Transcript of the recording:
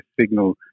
signal